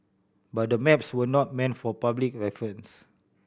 but the maps were not meant for public reference